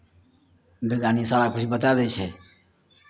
वैज्ञानिक सारा किछु बताए दै छै